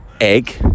egg